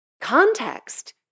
context